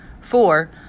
Four